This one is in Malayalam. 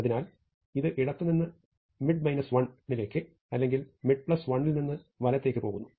അതിനാൽ ഇത് ഇടത്തുനിന്ന് mid 1 ലേക്ക് അല്ലെങ്കിൽ mid1 ൽ നിന്ന് വലത്തേയ്ക്ക് പോകുന്നു